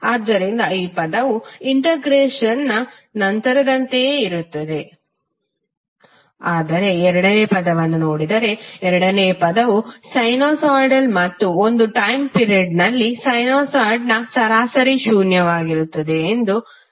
ಆದ್ದರಿಂದ ಈ ಪದವು ಇಂಟಿಗ್ರೇಶನ್ನ ನಂತರದಂತೆಯೇ ಇರುತ್ತದೆ ಆದರೆ ಎರಡನೇ ಪದವನ್ನು ನೋಡಿದರೆ ಎರಡನೇ ಪದವು ಸೈನುಸಾಯಿಡ್ ಮತ್ತು ಒಂದು ಟಯ್ಮ್ ಪಿರಡ್ ನಲ್ಲಿ ಸೈನುಸಾಯ್ಡ್ನ ಸರಾಸರಿ ಶೂನ್ಯವಾಗಿರುತ್ತದೆ ಎಂದು ತಿಳಿದಿದೆ